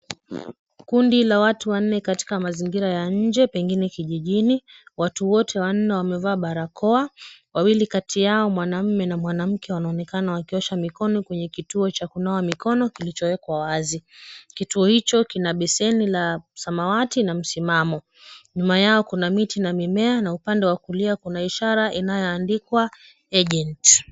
Kundi la watu wanne katika mazingira ya nje pengine kijijini. Watu wote wanne wamevaa barakoa, wawili kati yao, mwanamume na mwanamke wanaonekana wakiosha mikono kwenye kituo cha kunawa mikono kilichowekwa wazi. Kituo hicho kina beseni la samawati na msimamo. Nyuma yao kuna miti na mimea, na upande wa kulia kuna ishara inayoandikwa agent .